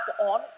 on